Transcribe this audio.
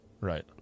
right